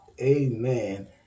Amen